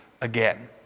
again